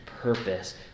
purpose